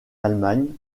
allemagne